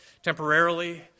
temporarily